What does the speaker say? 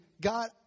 God